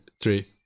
three